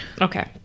okay